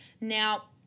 Now